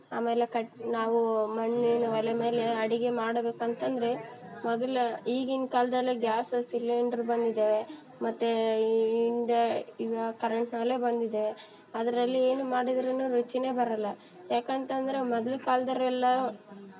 ಆಮೇಲೆ ಕಟ್ ನಾವೂ ಮಣ್ಣಿನ ಒಲೆ ಮೇಲೆ ಅಡಿಗೆ ಮಾಡಬೇಕಂತಂದ್ರೆ ಮೊದಲು ಈಗಿನ ಕಾಲದಲ್ಲಿ ಗ್ಯಾಸ್ ಸಿಲಿಂಡ್ರ್ ಬಂದಿದೆ ಮತ್ತು ಇಂಡ್ಯಾ ಇವಾಗ ಕರೆಂಟಿನ್ ಒಲೆ ಬಂದಿದೆ ಅದ್ರಲ್ಲಿ ಏನು ಮಾಡಿದ್ರು ರುಚಿ ಬರೋಲ್ಲ ಯಾಕಂತಂದ್ರೆ ಮೊದ್ಲು ಕಾಲ್ದವ್ರು ಎಲ್ಲ